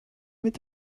mit